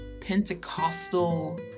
Pentecostal